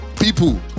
People